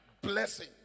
blessing